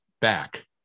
back